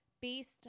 Based